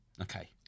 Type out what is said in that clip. Okay